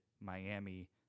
Miami